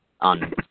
on